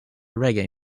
reggae